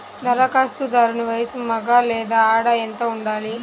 ధరఖాస్తుదారుని వయస్సు మగ లేదా ఆడ ఎంత ఉండాలి?